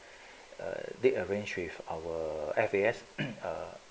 they arrange with our F_A_S uh